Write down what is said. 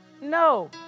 No